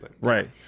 right